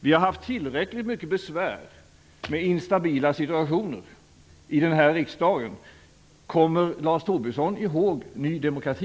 Vi har haft tillräckligt mycket besvär med instabila situationer i den här riksdagen. Kommer Lars Tobisson ihåg Ny demokrati?